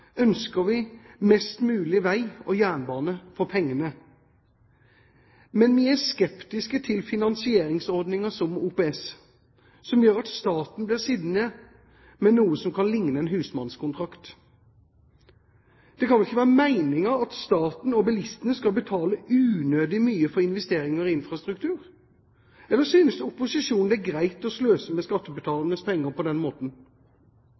ønsker vi mest mulig vei og jernbane for pengene. Men vi er skeptiske til finansieringsordninger som OPS, som gjør at staten blir sittende med noe som kan ligne en husmannskontrakt. Det kan ikke være meningen at staten og bilistene skal betale unødig mye for investeringene i infrastruktur, eller synes opposisjonen det er greit å sløse med skattebetalernes penger på den måten?